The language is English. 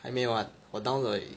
还没有 what 我 download 而已